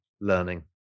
learning